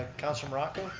councilor morocco?